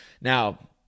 Now